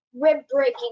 rib-breaking